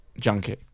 junkie